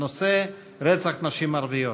הנושא: רצח נשים ערביות.